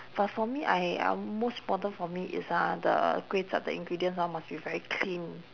but for me I I most important for me is ah the kway chap the ingredients hor must be very clean